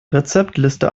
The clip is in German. rezeptliste